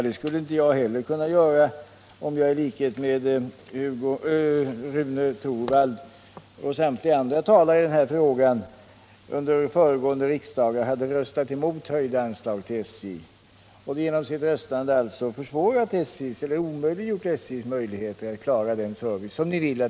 Det skulle inte heller jag kunna göra om jag i likhet med Rune Torwald och samtliga andra talare i den här frågan under föregående riksdagar hade röstat emot höjda anslag till SJ och därigenom försvårat eller omöjliggjort för SJ att klara den service som ni vill ha.